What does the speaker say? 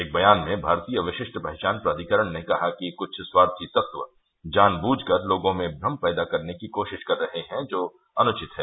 एक बयान में भारतीय विशिष्ट पहचान प्राधिकरण ने कहा कि कुछ स्वार्थी तत्व जानबूझ कर लोगों में भ्रम पैदा करने की कोशिश कर रहे हैं जो अनुवित है